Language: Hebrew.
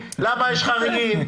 למה יש חריגים,